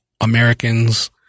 Americans